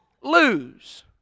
lose